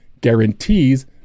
guarantees